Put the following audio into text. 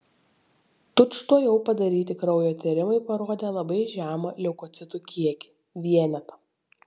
tučtuojau padaryti kraujo tyrimai parodė labai žemą leukocitų kiekį vienetą